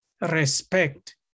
Respect